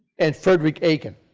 and frederick aiken